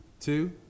two